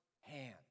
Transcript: hand